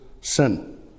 sin